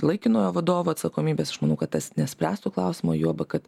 laikinojo vadovo atsakomybės aš manau kad tas nespręstų klausimo juoba kad